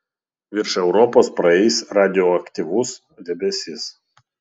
virš europos praeis radioaktyvus debesis